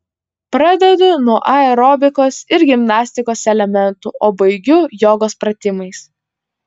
pradedu nuo aerobikos ir gimnastikos elementų o baigiu jogos pratimais